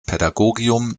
pädagogium